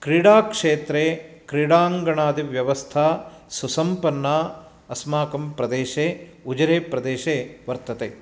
क्रीडाक्षेत्रे क्रीडाङ्गणादिव्यवस्था सुसम्पन्ना अस्माकं प्रदेशे उजिरे प्रदेशे वर्तते